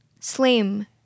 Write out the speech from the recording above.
slim